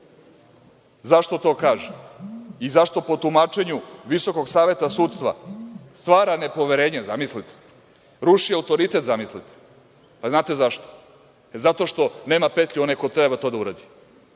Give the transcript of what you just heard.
Zašto to kaže? Zašto po tumačenju Visokog saveta sudstva stvara nepoverenje, zamislite, ruši autoritet, zamislite? Znate zašto? Zato što nema petlju onaj ko treba to da uradi.